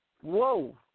whoa